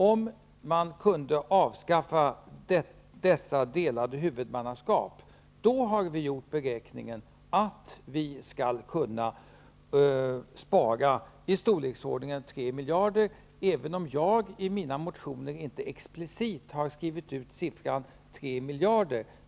Om dessa delade huvudmannaskap avskaffades, skall man -- enligt våra beräkningar -- kunna spara i storleksordningen 3 miljarder, även om jag i mina motioner inte explicit har angett den siffran.